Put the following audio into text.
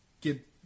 get